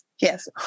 yes